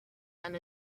and